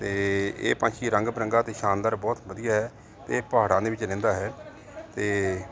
ਅਤੇ ਇਹ ਪੰਛੀ ਰੰਗ ਬਿਰੰਗਾ ਅਤੇ ਸ਼ਾਨਦਾਰ ਬਹੁਤ ਵਧੀਆ ਹੈ ਇਹ ਪਹਾੜਾਂ ਦੇ ਵਿੱਚ ਰਹਿੰਦਾ ਹੈ ਅਤੇ